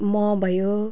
मह भयो